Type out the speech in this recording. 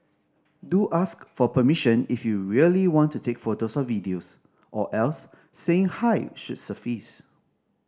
do ask for permission if you really want to take photos or videos or else saying hi should suffice